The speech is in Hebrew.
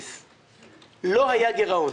לא היה גרעון.